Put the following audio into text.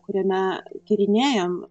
kuriame tyrinėjom